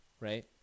right